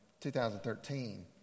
2013